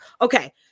Okay